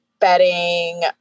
bedding